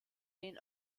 den